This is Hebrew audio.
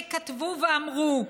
שכתבו ואמרו: